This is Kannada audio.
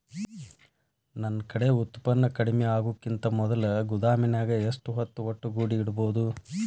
ನನ್ ಕಡೆ ಉತ್ಪನ್ನ ಕಡಿಮಿ ಆಗುಕಿಂತ ಮೊದಲ ಗೋದಾಮಿನ್ಯಾಗ ಎಷ್ಟ ಹೊತ್ತ ಒಟ್ಟುಗೂಡಿ ಇಡ್ಬೋದು?